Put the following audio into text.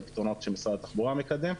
אלה פתרונות שמשרד התחבורה מקדם,